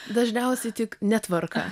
dažniausiai tik netvarką